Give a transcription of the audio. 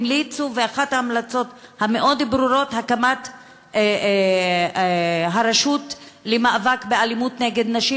אחת ההמלצות המאוד-ברורות הייתה הקמת רשות למאבק באלימות נגד נשים,